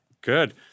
Good